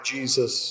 Jesus